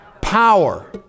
Power